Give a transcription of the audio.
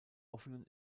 offenen